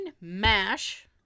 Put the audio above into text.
MASH